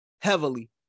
heavily